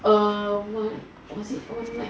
err is it overnight